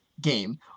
game